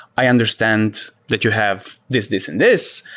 i understand that you have this, this and this,